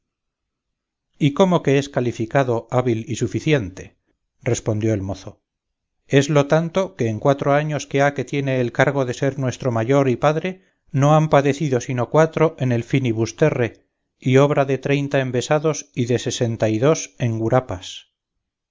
y cómo que es calificado hábil y suficiente respondió el mozo eslo tanto que en cuatro años que ha que tiene el cargo de ser nuestro mayor y padre no han padecido sino cuatro en el finibusterrae y obra de treinta envesados y de sesenta y dos en gurapas